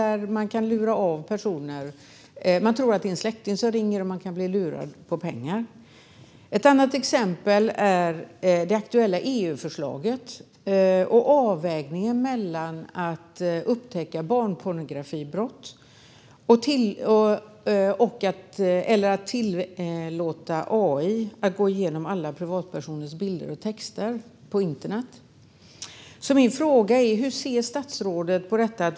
Man tror att det är en släkting som ringer och kan bli lurad på pengar. Ett annat exempel är det aktuella EU-förslaget och avvägningen när det gäller att upptäcka barnpornografibrott och att tillåta AI att gå igenom alla privatpersoners bilder och texter på internet. Min fråga är hur statsrådet ser på detta.